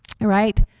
right